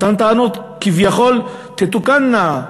אותן טענות, כביכול, תתוקנה.